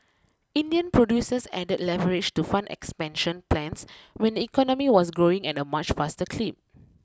Indian producers added leverage to fund expansion plans when the economy was growing at a much faster clip